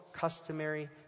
customary